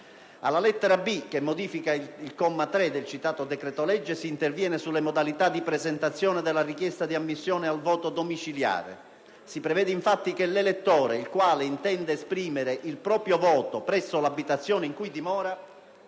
Alla lettera *b)*, che modifica il comma 3 del citato decreto-legge, si interviene sulle modalità di presentazione della richiesta di ammissione al voto domiciliare. Si prevede infatti che l'elettore il quale intende esprimere il proprio voto presso l'abitazione in cui dimora